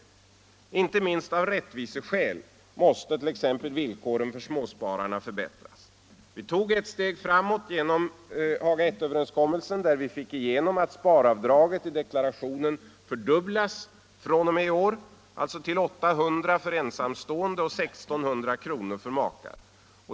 Inte minst av rättviseskäl måste t.ex. villkoren för småspararna förbättras. Vi tog ett steg framåt genom Haga I-överenskommelsen, där vi fick igenom att sparavdraget i deklarationen fördubblas fr.o.m. i år, alltså till 800 kr. för ensamstående och 1 600 kr. för makar.